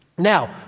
Now